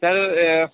sir